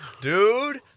Dude